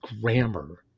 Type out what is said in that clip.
grammar